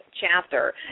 chapter